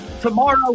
Tomorrow